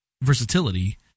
versatility